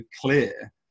clear